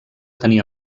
tenir